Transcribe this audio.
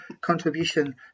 contribution